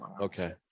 Okay